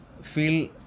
feel